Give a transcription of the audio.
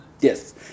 Yes